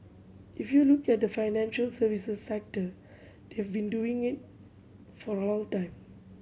if you look at the financial services sector they've been doing in for a long time